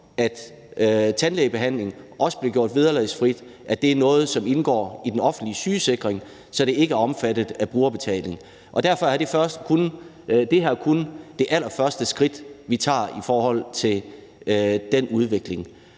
tandlægebehandling vederlagsfrit er noget, som indgår i den offentlige sygesikring, så det ikke er omfattet af brugerbetaling. Derfor er det her kun det allerførste skridt, vi tager, i forhold til den udvikling.